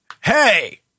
Hey